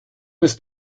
ist